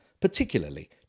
particularly